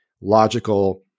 logical